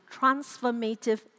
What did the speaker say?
transformative